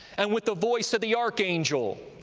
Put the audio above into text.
and with the voice of the archangel,